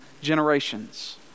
generations